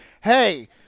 hey